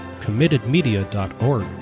committedmedia.org